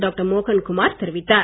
doctor Mohankumar தெரிவித்தார்